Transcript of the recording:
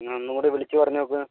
നിങ്ങളൊന്നുകൂടെ വിളിച്ച് പറഞ്ഞുനോക്ക്